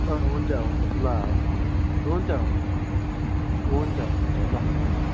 अँ हुन्छ हुन्छ ल हुन्छ हुन्छ हुन्छ हुन्छ हुन्छ ल हुन्छ